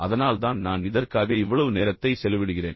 அதனால்தான் நான் இதற்காக இவ்வளவு நேரத்தை செலவிடுகிறேன்